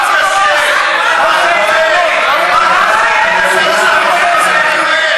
מה תעשה, למה שראש האופוזיציה לא ידבר,